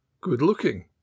good-looking